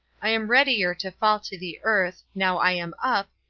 i am readier to fall to the earth, now i am up,